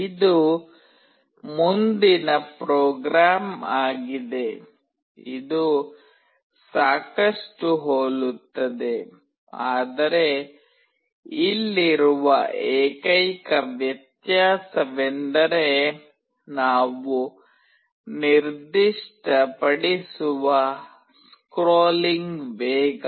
ಇದು ಮುಂದಿನ ಪ್ರೋಗ್ರಾಂ ಆಗಿದೆ ಇದು ಸಾಕಷ್ಟು ಹೋಲುತ್ತದೆ ಆದರೆ ಇಲ್ಲಿರುವ ಏಕೈಕ ವ್ಯತ್ಯಾಸವೆಂದರೆ ನಾವು ನಿರ್ದಿಷ್ಟಪಡಿಸುವ ಸ್ಕ್ರೋಲಿಂಗ್ ವೇಗ